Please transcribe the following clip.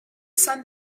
sun